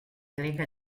greca